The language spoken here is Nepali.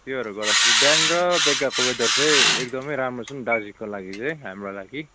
त्योहरू गर्दाखेरि बिहान र बेलुकाको वेदर चाहिँ एकदमै राम्रो छ दार्जिलिङको लागि चाहिँ हाम्रो लागि